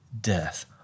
death